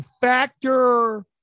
factor